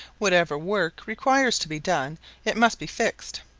whatever work requires to be done it must be fixed.